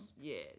yes